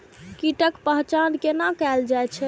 कीटक पहचान कैना कायल जैछ?